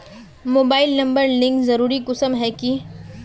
Mobile number link जरुरी कुंसम है की?